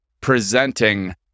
presenting